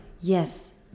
Yes